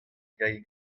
yay